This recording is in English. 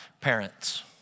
Parents